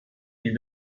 ils